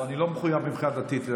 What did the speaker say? אני לא מחויב מבחינה דתית,